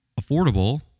affordable